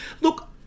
Look